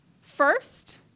First